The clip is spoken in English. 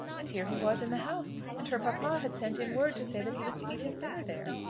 and here he was in the house and her papa had sent in word to say that he was to eat his dinner there!